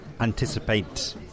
anticipate